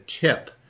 tip